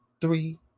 three